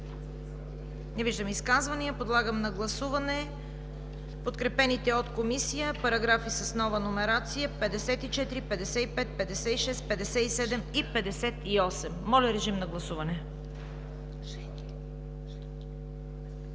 Не виждам. Подлагам на гласуване подкрепените от Комисията параграфи с нова номерация 54, 55, 56, 57 и 58. Моля, режим на гласуване.